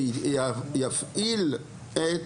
שיפעיל את